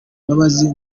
mbabazi